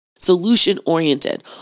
solution-oriented